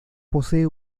posee